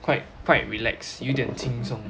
quite quite relax 有一点轻松